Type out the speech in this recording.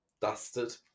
Dusted